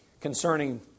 concerning